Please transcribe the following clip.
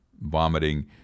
vomiting